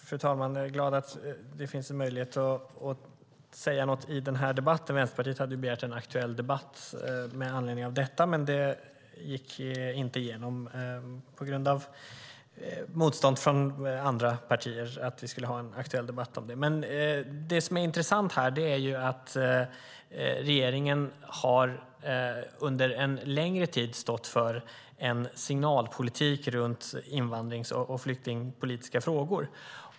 Fru talman! Jag är glad att det finns en möjlighet att säga någonting i den här debatten. Vänsterpartiet hade begärt en aktuell debatt med anledning av detta, men det gick inte igenom på grund av motstånd från andra partier. Men det som är intressant här är att regeringen under en längre tid har stått för en signalpolitik runt invandringsfrågor och flyktingpolitiska frågor.